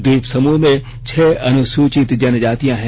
ट्वीप समूह में छह अनुसूचित जनजातियां हैं